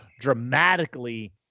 dramatically